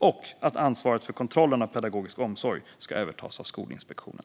Slutligen ska ansvaret för kontrollen av pedagogisk omsorg övertas av Skolinspektionen.